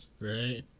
Right